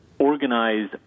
organize